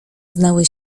znały